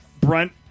Brent